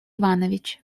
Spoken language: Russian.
иванович